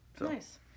Nice